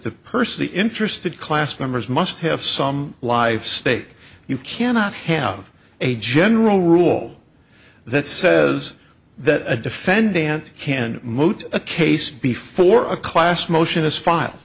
the person the interested class members must have some life stake you cannot have a general rule that says that a defendant can moot a case before a class motion is file